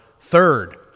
third